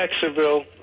Jacksonville